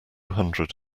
hundred